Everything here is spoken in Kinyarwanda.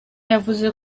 yavuze